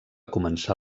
començar